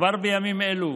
כבר בימים אלו